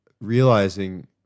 realizing